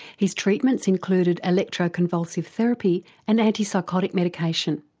his treatments included electro-convulsive therapy and antipsychotic medication,